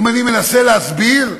אם אני מנסה להסביר,